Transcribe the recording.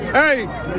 hey